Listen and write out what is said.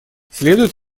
следует